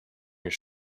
your